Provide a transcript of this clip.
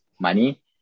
money